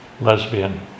lesbian